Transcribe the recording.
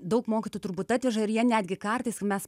daug mokytų turbūt atveža ir jie netgi kartais mes